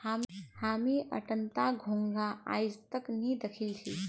हामी अट्टनता घोंघा आइज तक नी दखिल छि